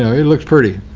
it looks pretty